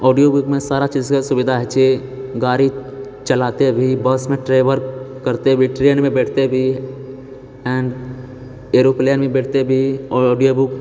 audio बुकमे सारा चीजके सुविधा रहैत छै गाड़ी चलाते भी बसमे ट्रेवल करते भी ट्रेनमे बैठते भी एंड एयरोप्लेनमे बैठते भी ऑडियो बुक